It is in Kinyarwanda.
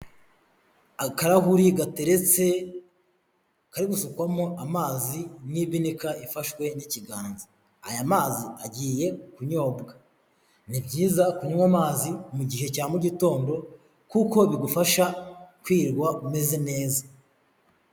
Akarahuri gateretse, kari gusukwamo amazi n'ibika ifashwe n'ikiganza, aya mazi agiye kunyobwa, ni byiza kunywa amazi mu gihe cya mugitondo kuko bigufasha kwirwa umeze neza.